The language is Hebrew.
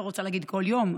אני לא רוצה להגיד כל יום,